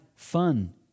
Fun